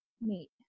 meet